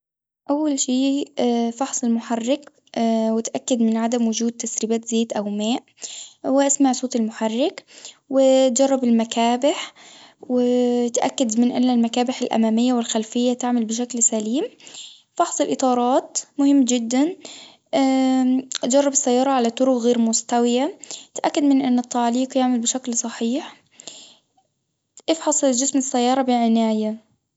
أول شيء فحص المحرك واتأكد من عدم وجود تسريبات زيت أو ماء، واسمع صوت المحرك، وجرب المكابح، واتأكد من إن المكابح الأمامية والخلفية تعمل بشكل سليم، فحص الاطارات مهم جدًا، جرب السيارة على طرق غير مستوية، اتأكد من إن التعليق يعمل بشكل صحيح، افحص جسم السيارة بعناية.